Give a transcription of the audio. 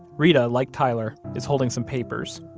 reta, like tyler, is holding some papers.